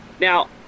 Now